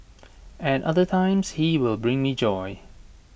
at other times he will bring me joy